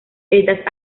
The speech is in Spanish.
estas